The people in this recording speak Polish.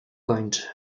kończy